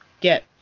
get